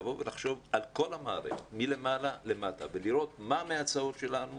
לבוא ולחשוב על כל המערכת מלמעלה עד למטה ולראות מה מההצעות שלנו